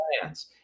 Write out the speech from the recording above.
plans